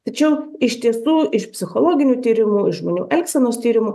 tačiau iš tiesų iš psichologinių tyrimų žmonių elgsenos tyrimų